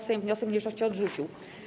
Sejm wniosek mniejszości odrzucił.